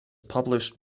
published